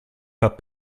pas